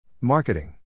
Marketing